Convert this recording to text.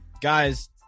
guys